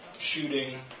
shooting